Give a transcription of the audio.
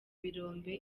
birombe